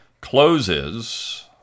closes